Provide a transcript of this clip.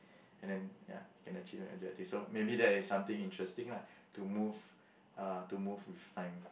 and then ya can achieve objective so maybe that is something interesting lah to move uh to move with time